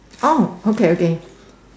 oh okay okay